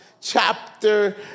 chapter